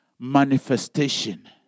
Manifestation